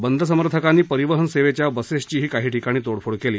बंद समर्थकांनी परिवहन सेवेच्या बसेसचीही काही ठिकाणी तोडफोड केली